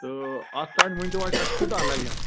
تہٕ اَتھ تٲنۍ ؤنۍ تَو اَسہِ اَسہِ کوٗتاہ لَگہِ